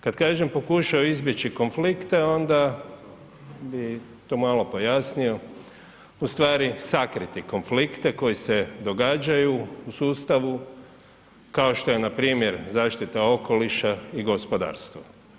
Kad kažem pokušao izbjeći konflikte onda bi to malo pojasnio ustvari sakriti konflikte koji se događaju u sustavu kao što je npr. zaštita okoliša i gospodarstvo.